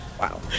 Wow